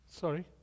Sorry